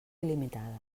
il·limitada